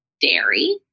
dairy